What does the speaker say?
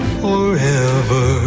forever